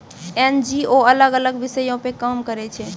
NGO अलग अलग विषयो पे काम करै छै